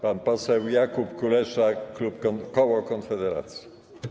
Pan poseł Jakub Kulesza, koło Konfederacji.